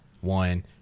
one